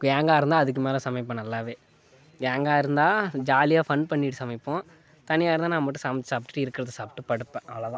கேங்காக இருந்தால் அதுக்கு மேலே சமைப்பேன் நல்லா கேங்காக இருந்தால் ஜாலியாக ஃபன் பண்ணிட்டு சமைப்போம் தனியாக இருந்தால் நான் மட்டும் சமைத்து சாப்பிட்டுட்டு இருக்கிறத சாப்பிட்டு படுப்பேன் அவ்ளவு தான்